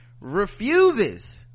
refuses